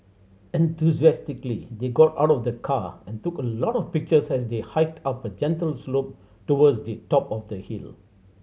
enthusiastically they got out of the car and took a lot of pictures as they hiked up a gentle slope towards the top of the hill